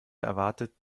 erwartet